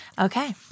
Okay